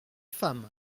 femme